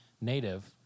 native